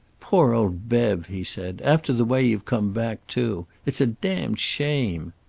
poor old bev! he said. after the way you've come back, too. it's a damned shame.